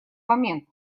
момент